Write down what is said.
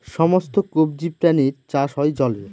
সমস্ত কবজি প্রাণীর চাষ হয় জলে